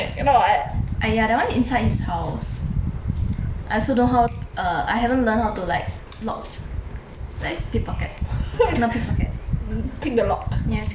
!aiya! that one inside his house I also don't know how err I haven't learned how to like lock like pickpocket not pickpocket yeah pick the lock